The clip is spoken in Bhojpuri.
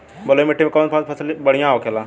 बलुई मिट्टी में कौन कौन फसल बढ़ियां होखेला?